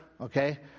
okay